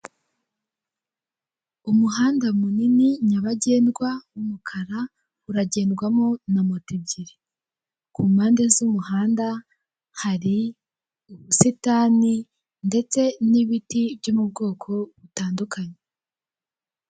Umuhanda munini nyabagendwa w'umukara, uragendwamo na moto ebyiri, ku mpande z'umuhanda hari ubusitani, ndetse n'ibiti byo mu bwoko butandukanye.